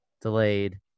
delayed